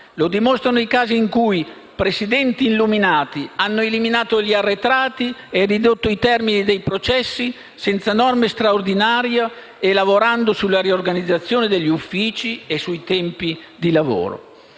Lo dimostrano i casi in cui Presidenti illuminati hanno eliminato gli arretrati e ridotto i termini dei processi senza norme straordinarie e lavorando sulla riorganizzazione degli uffici e sui tempi di lavoro.